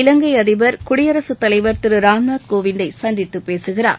இலங்கை அதிபர் குடியரசு தலைவர் திரு ராம்நாத் கோவிந்தை சந்தித்து பேசுகிறார்